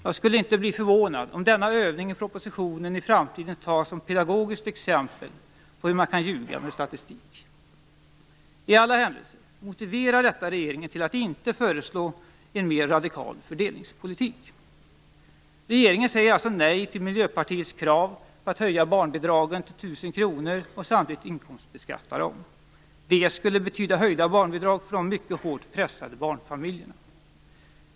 Jag skulle inte bli förvånad om denna övning i propositionen i framtiden tas som pedagogiskt exempel på hur man kan ljuga med statistik. I alla händelser motiverar detta regeringen till att inte föreslå en mer radikal fördelningspolitik. Regeringen säger alltså nej till Miljöpartiets krav på att höja barnbidragen till 1 000 kr och samtidigt inkomstbeskatta dem. Det skulle betyda höjda barnbidrag för de mycket hårt pressade barnfamiljerna.